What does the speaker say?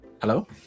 Hello